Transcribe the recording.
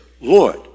Lord